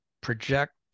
project